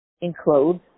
enclosed